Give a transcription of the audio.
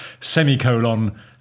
Semicolon